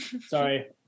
Sorry